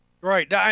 Right